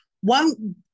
one